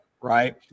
right